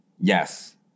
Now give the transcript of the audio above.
Yes